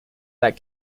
that